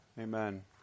Amen